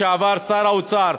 לשעבר שר האוצר,